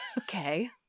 Okay